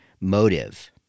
motive